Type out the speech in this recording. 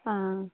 आं